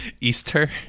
easter